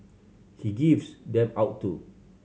he gives them out too